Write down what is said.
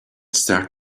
start